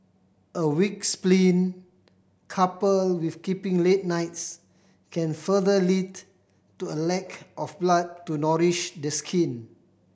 a weak spleen coupled with keeping late nights can further lead to a lack of blood to nourish the skin